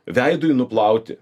veidui nuplauti